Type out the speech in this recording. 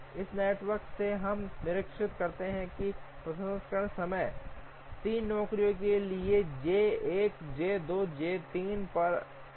इसलिए अब इस नेटवर्क से हम निरीक्षण करते हैं कि प्रसंस्करण समय 3 नौकरियों के लिए जे 1 जे 2 जे 3 पर एम 1 पर जे 2 के लिए 7 हैं यह 4 है और जे 3 के लिए यह 8 है